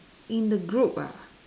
in the group ah